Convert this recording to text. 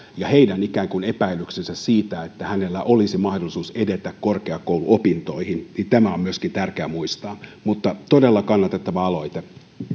ja heidän ikään kuin epäilyksensä siitä että hänellä olisi mahdollisuus edetä korkeakouluopintoihin myöskin tämä on tärkeää muistaa todella kannatettava aloite